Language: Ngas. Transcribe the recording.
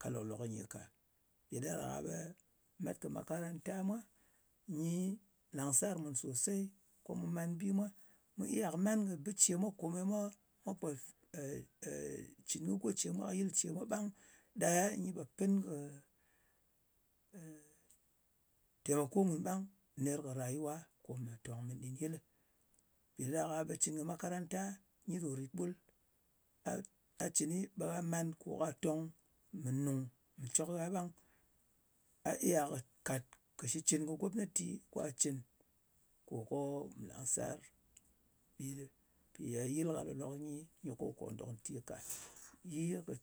kò ka lòk-lok nyɨ ka. Mpì ɗa ɗak-a ɓe met kɨ makaranta mwa nyi làngsar mun sosey, ko mu man bi mwa. Mu iya kɨ man kɨ bɨ ce mwa ko ye mwa po cɨ cɨn kɨ go ce mwa ka yɨl ce mwa ɓang. Ɗa nyɨ po ɨn kɨ temako mùn ɓang nèr kɨ ràyuwa kò mi tòng nɗin yɨlɨ. Mpì ɗa ɗak-a ɓe cɨn kɨ makaranta nyi ɗò rìt ɓul. A cɨnɨ, ɓe gha man ko ka tong mɨ nùng mɨ cok gha ɓang. A iya kɨ kàt kɨ shitcɨn kɨ gomnati ko gha cɨn kò ko nyɨ langsar. mpi ye yɨl ka lòlok nyi, nyɨ ko kò dòkti ka. Yɨl kɨ cir,